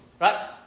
Right